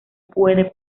puede